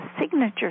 signature